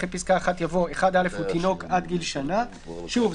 אחרי פסקה (1) יבוא: "(1א)הוא תינוק עד גיל שנה,"." שוב,